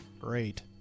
Great